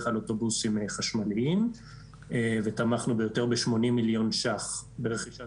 כלל אוטובוסים חשמליים ותמכנו ביותר מ-80 מיליון ₪ ברכישת